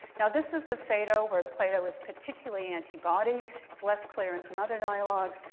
now, this is the phaedo where plato was particularly anti-body. it's less clear in some other dialogues.